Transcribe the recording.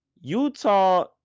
Utah